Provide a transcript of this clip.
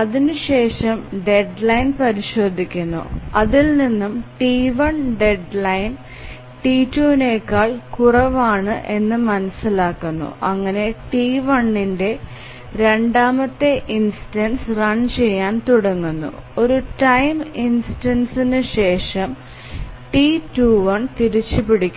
അതിനു ശേഷം ഡെഡ്ലൈൻ പരിശോദിക്കുന്നു അതിൽ നിന്നും T1 ഡെഡ്ലൈൻ T2നേക്കാൾ കുറവാണ് എന്നു മനസിലാകുന്നു അങ്ങനെ T1ന്ടെ 2ആമത്തെ ഇൻസ്റ്റൻസ് റൺ ചെയാൻ തുടങ്ങുന്നു ഒരു ടൈം ഇൻസ്റ്റൻസ് ശേഷം T21 തിരിച്ചു പിടിക്കുന്നു